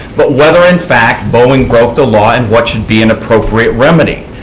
but whether, in fact, boeing broke the law and what should be an appropriate remedy.